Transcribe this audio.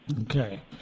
Okay